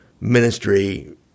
ministry